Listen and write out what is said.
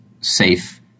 safe